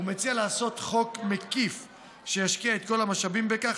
הוא מציע לעשות חוק מקיף שישקיע את כל המשאבים בכך,